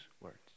words